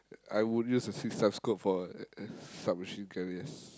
I would use a six time scope for a a sub-machine carriers